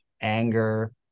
anger